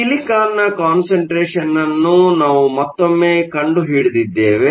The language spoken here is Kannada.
ಆದ್ದರಿಂದಸಿಲಿಕಾನ್ನ ಕಾನ್ಸಂಟ್ರೇಷನ್ ಅನ್ನು ನಾವು ಮತ್ತೊಮ್ಮೆ ಕಂಡುಹಿಡಿದಿದ್ದೇವೆ